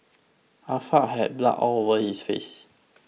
Ah Fa had blood all over his face